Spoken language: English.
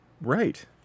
Right